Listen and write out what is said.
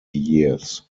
years